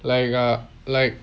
like ah like